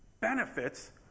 benefits